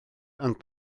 ond